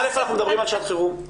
א', אנחנו מדברים על שעת חירום.